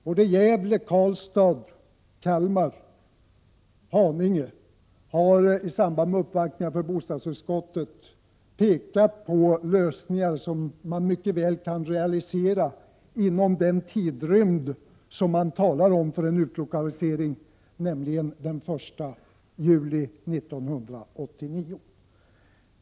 Såväl Gävle, Karlstad och Kalmar som Haninge har vid uppvaktningar för bostadsutskottet pekat på lösningar, som man mycket väl kan realisera inom den tidsrymd som det är fråga om för en utlokalisering, nämligen till den 1 juli 1989.